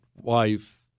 wife